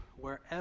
wherever